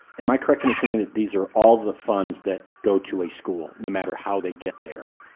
am i correct in assuming that these are all of the funds that go to a school, no matter how they get there?